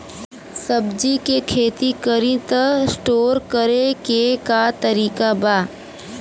सब्जी के खेती करी त स्टोर करे के का तरीका बा?